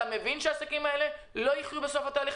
אתה מבין שהעסקים האלה לא יחיו בסוף התהליך